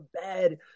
bed